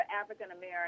african-american